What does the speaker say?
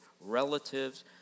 relatives